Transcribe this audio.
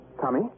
Tommy